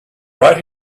right